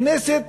הכנסת